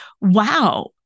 wow